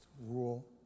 rule